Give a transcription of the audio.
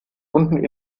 unten